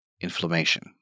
inflammation